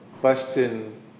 question